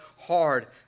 hard